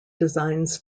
designs